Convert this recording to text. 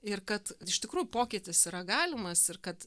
ir kad iš tikrųjų pokytis yra galimas ir kad